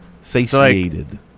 Satiated